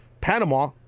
Panama